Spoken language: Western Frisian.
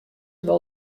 wol